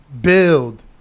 Build